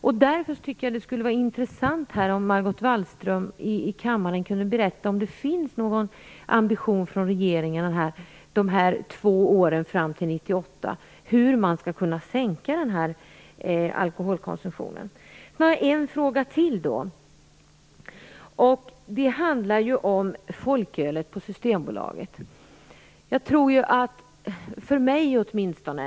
Jag tycker därför att det skulle vara intressant om Margot Wallström kunde berätta här i kammaren om regeringens ambition för dessa två år fram till 1998. Hur skall man kunna sänka alkoholkonsumtionen? Jag har en fråga till. Den handlar om folkölet på Systembolaget.